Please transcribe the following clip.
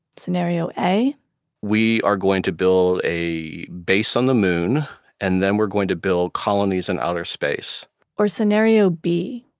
scenario a we are going to build a base on the moon and then we're going to build colonies in outer space or scenario b.